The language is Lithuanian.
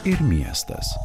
ir miestas